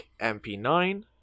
MP9